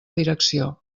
direcció